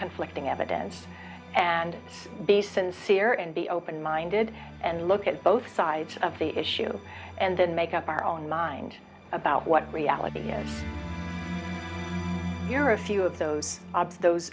conflicting evidence and be sincere and be open minded and look at both sides of the issue and then make up our own mind about what reality is here a few of those obs those